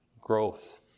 growth